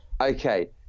Okay